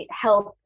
health